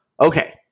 okay